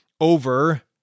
over